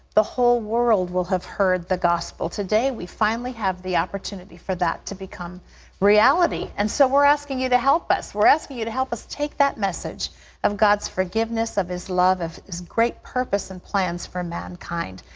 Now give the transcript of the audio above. the whole world will have heard the gospel. today we finally have the opportunity for that to become reality. and so, we're asking you to help us. we are asking you to help us take that message of god's forgiveness, of his love, of his great purpose and plans for mankind,